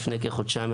לפני כחודשיים,